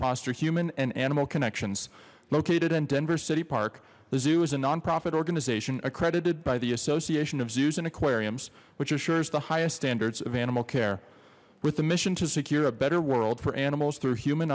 foster human and animal connections located in denver city park the zoo is a nonprofit organization accredited by the association of zoos and aquariums which assures the highest standards of animal care with the mission to secure a better world for animals through human